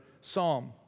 psalm